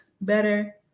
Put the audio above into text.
better